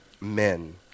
men